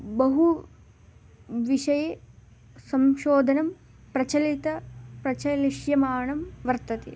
बहु विषये संशोधनं प्रचलितं प्रचलिष्यमाणं वर्तते